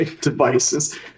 devices